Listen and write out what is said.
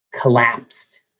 collapsed